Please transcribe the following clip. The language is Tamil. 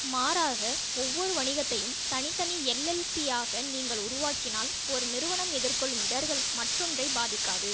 மாறாக ஒவ்வொரு வணிகத்தையும் தனித்தனி எல்எல்சியாக நீங்கள் உருவாக்கினால் ஒரு நிறுவனம் எதிர்கொள்ளும் இடர்கள் மற்றொன்றைப் பாதிக்காது